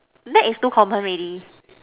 lad is too common already